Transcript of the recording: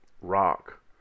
rock